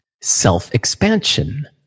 self-expansion